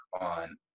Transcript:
on